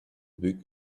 book